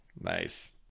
Nice